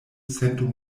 sento